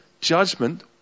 judgment